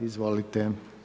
Izvolite.